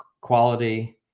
quality